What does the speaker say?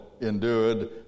endured